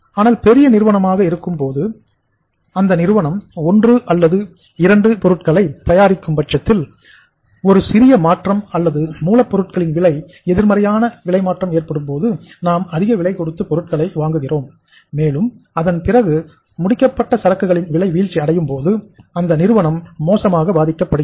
ஆனால் பெரிய நிறுவனமாக இருக்கும் போதுஅந்த நிறுவனம் ஒன்று அல்லது இரண்டு பொருட்களை தயாரிக்கும் பட்சத்தில் ஒரு சிறிய மாற்றம் அதாவது மூலப்பொருட்களின் விலை எதிர்மறையான விலை மாற்றம் ஏற்படும்போது நாம் அதிக விலை கொடுத்து பொருட்களை வாங்குகிறோம் மேலும் அதன் பிறகு முடிக்கப்பட்ட சரக்குகளின் விலை வீழ்ச்சி அடையும் போது அந்த நிறுவனம் மோசமாக பாதிக்கப்படுகிறது